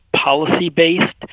policy-based